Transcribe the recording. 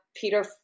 Peter